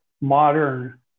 modern